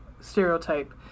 stereotype